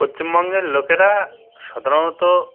পশ্চিমবঙ্গের লোকেরা সাধারণত